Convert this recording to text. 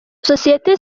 sosiyete